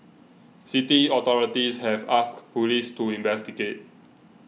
city authorities have asked police to investigate